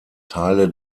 teile